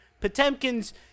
Potemkin's